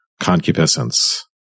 concupiscence